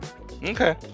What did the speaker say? Okay